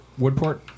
Woodport